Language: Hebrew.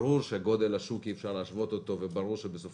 ברור שאי אפשר להשוות את גודל השוק וברור שבסופו